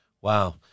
Wow